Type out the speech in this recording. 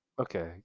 Okay